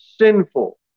sinful